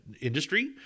industry